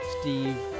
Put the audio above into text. Steve